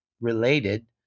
related